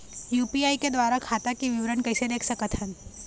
UPI के द्वारा खाता के विवरण कैसे देख सकत हन?